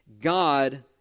God